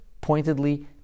pointedly